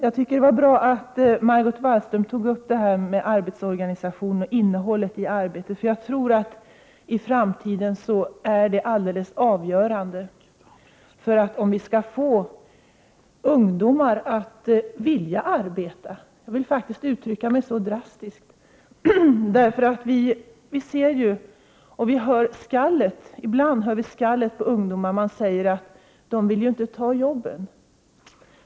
Jag tycker att det var bra att Margot Wallström tog upp frågan om arbetsorganisationen och arbetets innehåll. Detta är alldeles avgörande om vi i framtiden skall få ungdomar som vill arbeta. Jag vill faktiskt uttrycka mig så drastiskt. Vi hör ju skallet mot ungdomarna. Man säger att de inte vill ta jobben.